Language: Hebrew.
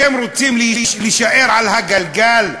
אתם רוצים להישאר על הגלגל?